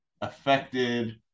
affected